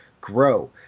grow